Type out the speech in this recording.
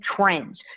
trends